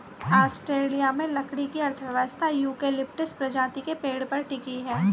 Australia में लकड़ी की अर्थव्यवस्था यूकेलिप्टस प्रजाति के पेड़ पर टिकी है